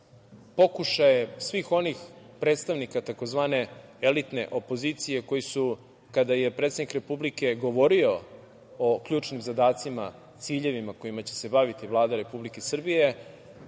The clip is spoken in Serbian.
pokušajem svih onih predstavnika tzv. elitne opozicije koji su kada je predsednik republike govorio o ključnim zadacima, ciljevima kojima će se baviti Vlada Republike Srbije